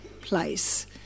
place